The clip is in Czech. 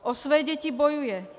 O své děti bojuje.